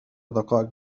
دقائق